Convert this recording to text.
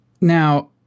Now